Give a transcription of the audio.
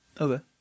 Okay